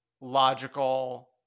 logical